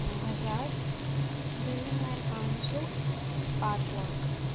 नौ हज़ार दस हज़ार पाँच सौ पाँच लाख